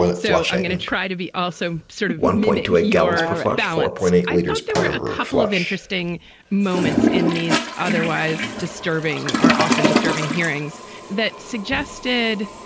so i'm going to try to be also sort of mimic your balance i thought there were a couple of interesting moments in these otherwise disturbing are often disturbing hearings that suggested